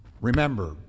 remember